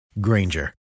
Granger